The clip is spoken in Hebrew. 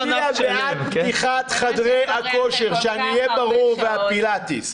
בעד פתיחת חדרי הכושר, שאני אהיה ברור, והפילטיס.